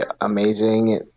amazing